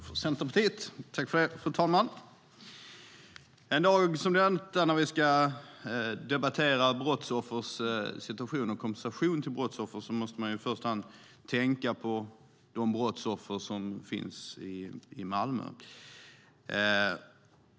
Fru talman! En dag som denna, när vi ska debattera brottsoffers situation och kompensation till brottsoffer, måste man i första hand tänka på de brottsoffer som finns i Malmö.